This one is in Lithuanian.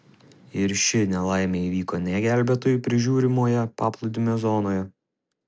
ir ši nelaimė įvyko ne gelbėtojų prižiūrimoje paplūdimio zonoje